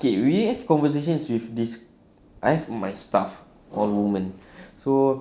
okay we have conversations with these I've my staff all women so